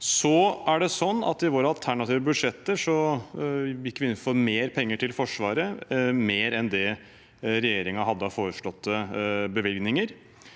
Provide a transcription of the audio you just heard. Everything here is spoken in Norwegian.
I våre alternative budsjetter gikk vi inn for mer penger til Forsvaret, mer enn det regjeringen hadde av foreslåtte bevilgninger.